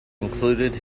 included